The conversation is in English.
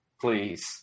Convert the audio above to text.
Please